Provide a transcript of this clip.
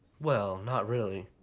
well, not really,